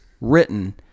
written